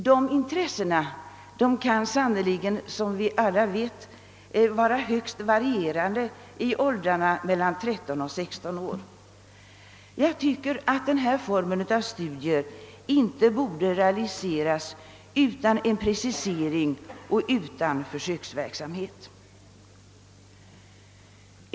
Dessa intressen kan sannerligen som vi alla vet vara högst varierande i åldrarna mellan 13 och 16 år. Jag tycker att denna form av studier inte borde realiseras utan precisering och försöksverksamhet.